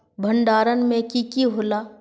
भण्डारण में की की होला?